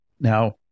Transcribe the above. Now